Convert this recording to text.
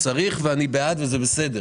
צריך לעשות את זה,